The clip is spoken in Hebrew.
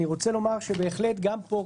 אני רוצה לומר שבהחלט גם פה,